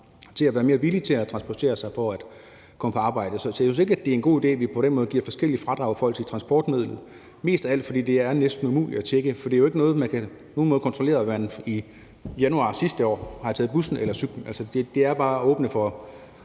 til at være mere villige til at transportere sig for at komme på arbejde. Jeg synes ikke, at det er en god idé, at vi på den måde giver forskellige fradrag i forhold til transportmiddel, mest af alt fordi det næsten er umuligt at tjekke; det er jo ikke noget, der på nogen måde kan kontrolleres, om man eksempelvis i januar sidste år har taget bussen eller cyklen. Det er bare at åbne for